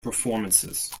performances